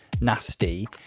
nasty